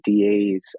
DAs